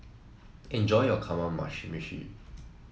enjoy your Kamameshi